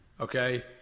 Okay